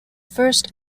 first